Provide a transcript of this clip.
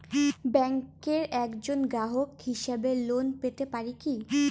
ব্যাংকের একজন গ্রাহক হিসাবে লোন পেতে পারি কি?